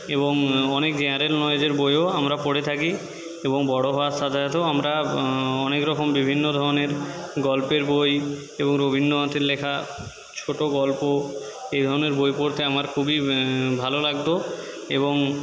এবং অনেক জেনারেল নলেজের বইও আমরা পড়ে থাকি এবং বড় হওয়ার সাথে সাথেও আমরা অনেক রকম বিভিন্ন ধরনের গল্পের বই এবং রবীন্দ্রনাথের লেখা ছোটো গল্প এই ধরনের বই পড়তে আমার খুবই ভালো লাগত এবং